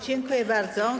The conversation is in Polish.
Dziękuję bardzo.